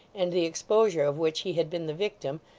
and the exposure of which he had been the victim,